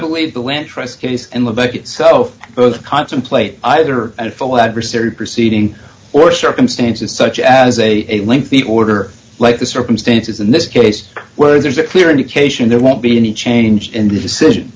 case and so both contemplate either a full adversary proceeding or circumstances such as a lengthy order like the circumstances in this case where there's a clear indication there won't be any change in the decision